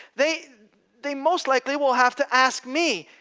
they they most likely will have to ask me,